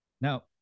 Now